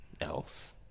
else